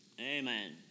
Amen